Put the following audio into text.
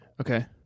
Okay